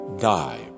die